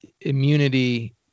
immunity